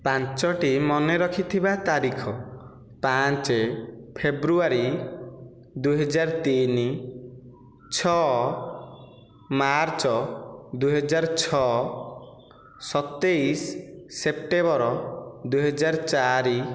ପାଞ୍ଚଟି ମନେ ରଖିଥିବା ତାରିଖ ପାଞ୍ଚ ଫେବୃଆରୀ ଦୁଇହଜାର ତିନି ଛଅ ମାର୍ଚ୍ଚ ଦୁଇ ହଜାର ଛଅ ସତେଇଶ ସେପ୍ଟେବର ଦୁଇ ହଜାର ଚାରି